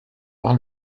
par